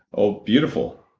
ah beautiful.